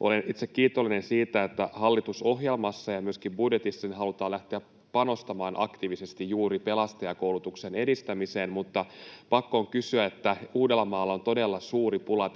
Olen itse kiitollinen siitä, että hallitusohjelmassa ja myöskin budjetissa halutaan lähteä panostamaan aktiivisesti juuri pelastajakoulutuksen edistämiseen. Pakko on kysyä: Uudellamaalla on tällä hetkellä todella suuri pula